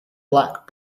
black